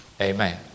Amen